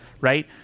right